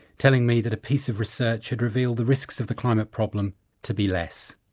telling me that a piece of research had revealed the risks of the climate problem to be less.